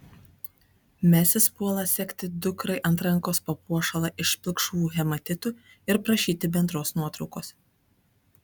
mesis puola segti dukrai ant rankos papuošalą iš pilkšvų hematitų ir prašyti bendros nuotraukos